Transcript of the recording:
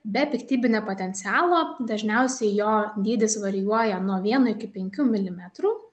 be piktybinio potencialo dažniausiai jo dydis varijuoja nuo vieno iki penkių milimetrų